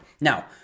Now